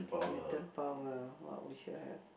mutant power what would you have